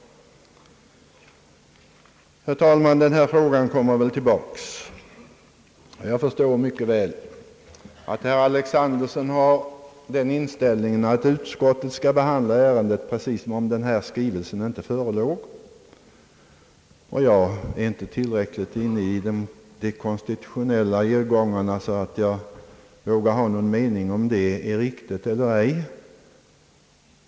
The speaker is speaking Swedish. Herr talman! Denna fråga kommer väl tillbaka. Jag förstår mycket väl att herr Alexanderson har den inställningen att utskottet skall behandla ärendet precis som om denna skrivelse inte förelåg. Jag är inte tillräckligt inne i de konstitutionella irrgångarna för att våga ha någon mening om huruvida det är riktigt eller ej.